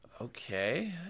okay